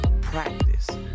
practice